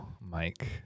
Mike